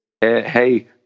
Hey